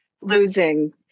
Losing